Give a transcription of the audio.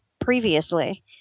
previously